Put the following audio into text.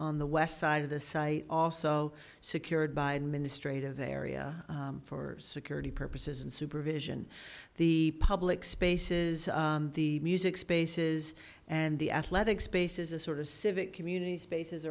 on the west side of the site also secured by administrative area for security purposes and supervision the public spaces the music spaces and the athletic spaces a sort of civic community spaces